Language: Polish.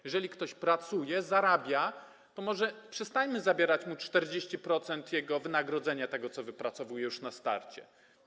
Jeżeli ktoś pracuje i zarabia, to może przestańmy zabierać mu 40% jego wynagrodzenia, tego, które wypracowuje już na starcie?